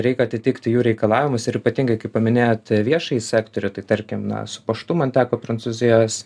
reik atitikti jų reikalavimus ir ypatingai kai paminėjot viešąjį sektorių tai tarkim na su paštu man teko prancūzijos